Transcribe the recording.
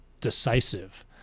decisive